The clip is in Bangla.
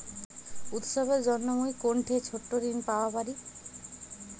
উৎসবের জন্য মুই কোনঠে ছোট ঋণ পাওয়া পারি?